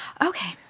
Okay